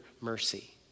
mercy